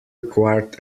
required